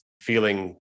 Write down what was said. feeling